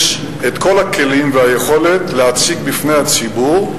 יש את כל הכלים והיכולת להציג בפני הציבור.